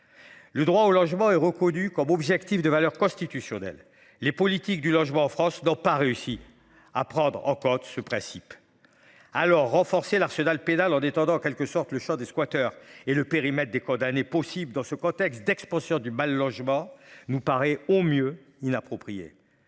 Le droit au logement est reconnu comme objectif de valeur constitutionnelle. Les politiques du logement en France dans pas réussi à prendre en compte ce principe. Alors renforcer l'arsenal pénal en étendant en quelque sorte le chant des squatters et le périmètre des condamnés possible dans ce contexte d'expansion du mal logement nous paraît au mieux inappropriée.